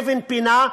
אבן פינה,